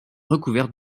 recouverte